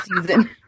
season